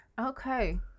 Okay